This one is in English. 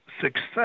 success